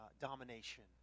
domination